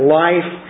life